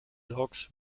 dogs